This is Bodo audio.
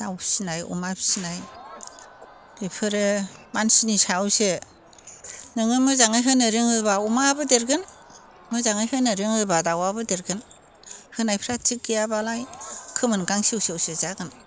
दाउ फिनाय अमा फिनाय बेफोरो मानसिनि सायावसो नोङो मोजाङै होनो रोङोब्ला अमायाबो देरगोन मोजाङै होनो रोङोब्ला दाउआबो देरगोन होनायफ्रा थिग गैयाब्लालाय खोमोन गांसेव सेवसो जागोन